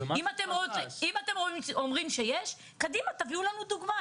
אם אתם אומרים שיש, קדימה, תביאו לנו דוגמה.